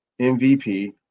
MVP